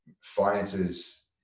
Finances